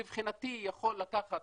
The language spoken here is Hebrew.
מבחינתי, יכולים לקחת